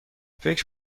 فکر